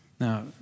Now